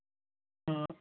آ